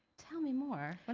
tell me more,